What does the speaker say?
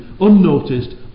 unnoticed